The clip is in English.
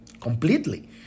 completely